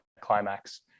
climax